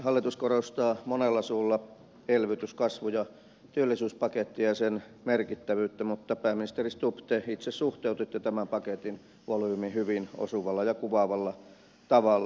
hallitus korostaa monella suulla elvytys kasvu ja työllisyyspakettia ja sen merkittävyyttä mutta pääministeri stubb te itse suhteutitte tämän paketin volyymin hyvin osuvalla ja kuvaavalla tavalla